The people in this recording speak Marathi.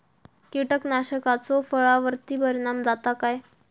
कीटकनाशकाचो फळावर्ती परिणाम जाता काय?